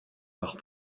leur